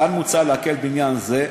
כאן מוצע להקל בעניין זה,